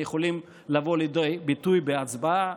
הם יכולים לבוא לידי ביטוי בהצבעה.